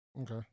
Okay